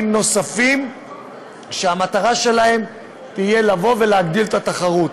נוספים שהמטרה שלהם תהיה לבוא ולהגדיל את התחרות.